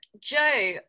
Joe